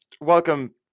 welcome